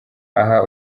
aha